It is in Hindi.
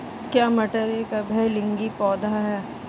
क्या मटर एक उभयलिंगी पौधा है?